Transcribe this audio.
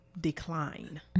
decline